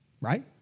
right